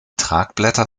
tragblätter